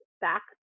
back